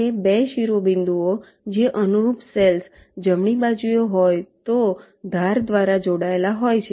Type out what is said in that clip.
અને 2 શિરોબિંદુઓ જો અનુરૂપ સેલ્સ જમણી બાજુએ હોય તો ધાર દ્વારા જોડાયેલા હોય છે